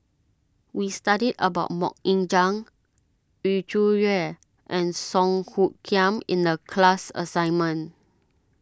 we studied about Mok Ying Jang Yu Zhuye and Song Hoot Kiam in the class assignment